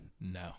no